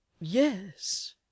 yes